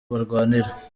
barwanira